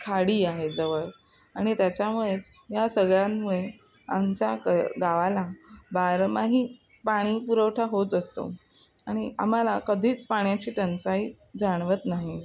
खाडी आहे जवळ आणि त्याच्यामुळेच या सगळ्यांमुळे आमच्या क गावाला बारमाही पाणी पुरवठा होत असतो आणि आम्हाला कधीच पाण्याची टंचाई जाणवत नाही